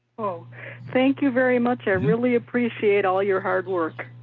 oh thank you very much. i really appreciate all your hard work.